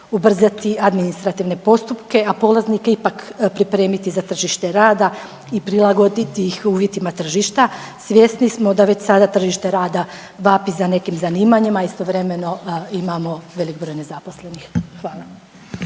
ubrzati administrativne postupke, a polaznike ipak pripremiti za tržište rada i prilagoditi ih uvjetima tržišta? Svjesni smo da već sada tržište rada vapi za nekim zanimanjima, a istovremeno imamo velik broj nezaposlenih. Hvala.